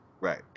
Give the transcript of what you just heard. Right